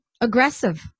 aggressive